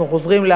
אנו חוזרים,